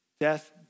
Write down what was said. Death